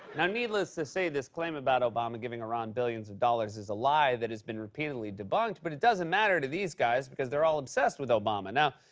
now, needless to say, this claim about obama giving iran billions of dollars is a lie that has been repeatedly debunked, but it doesn't matter to these guys, because they're all obsessed with obama. now,